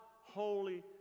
holy